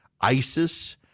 ISIS